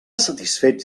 satisfets